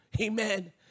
Amen